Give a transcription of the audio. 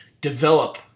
develop